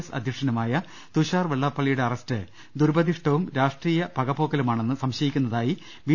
S അധ്യക്ഷനുമായ തുഷാർ വെള്ളാപ്പള്ളിയുടെ arrest ദുരുപദിഷ്ട വും രാഷ്ട്രീയ പകപോക്കലുമാണെന്ന് സംശയിക്കുന്നതായി ബി